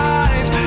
eyes